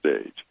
stage